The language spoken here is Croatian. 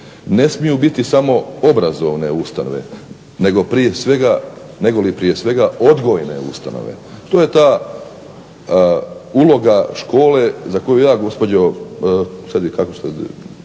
ne smiju biti samo obrazovne ustanove nego prije svega odgojne ustanove. To je ta uloga škole za koju ja gospođo, nije